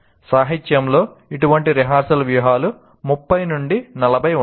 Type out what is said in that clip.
సాహిత్యంలో ఇటువంటి రిహార్సల్ వ్యూహాలు 30 40 ఉన్నాయి